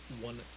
one